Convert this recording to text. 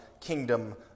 kingdom